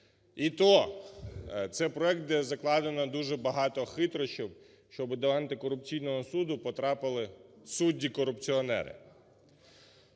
І то, це проект, де закладено дуже багато хитрощів, щоб до антикорупційного суду потрапили судді-корупціонери.